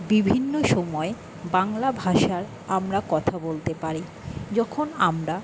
বিভিন্ন সময় বাংলা ভাষার আমরা কথা বলতে পারি যখন আমরা